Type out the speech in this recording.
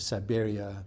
Siberia